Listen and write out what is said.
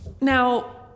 Now